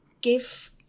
give